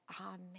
amen